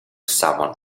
someone